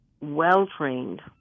well-trained